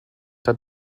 der